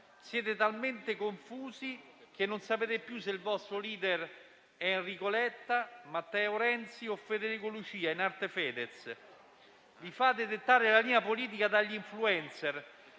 Siete talmente confusi che non sapete più se il vostro *leader* è Enrico Letta, Matteo Renzi o Federico Lucia, in arte Fedez. Vi fate dettare la linea politica dagli *influencer*,